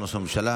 סגן ראש הממשלה,